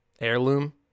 heirloom